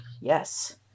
Yes